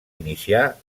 iniciar